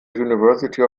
university